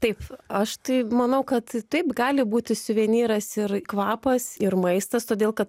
taip aš tai manau kad taip gali būti suvenyras ir kvapas ir maistas todėl kad